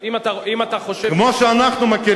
אם אתה חושב שהוא שיקר.